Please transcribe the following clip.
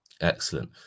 Excellent